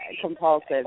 compulsive